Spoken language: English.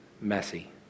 messy